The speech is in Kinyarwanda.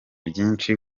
byinshi